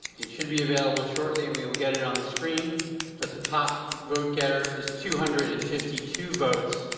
it should be available shortly and we'll we'll get it on the screen but the top vote-getter is two hundred and fifty two votes.